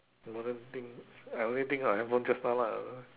modern things I already think what handphone just now ah